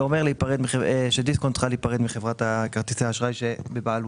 זה אומר שדיסקונט צריכה להיפרד מחברת כרטיסי האשראי שבבעלותה.